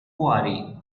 worry